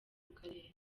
karere